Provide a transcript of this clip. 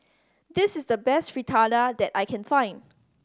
this is the best Fritada that I can find